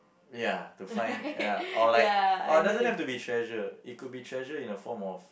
ya to find ya or like or doesn't have to be treasure it could be treasure in a form of